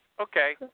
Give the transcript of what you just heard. Okay